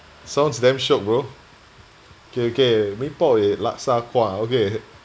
sounds damn shiok bro okay okay mee pok with laksa kuah okay